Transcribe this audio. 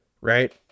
right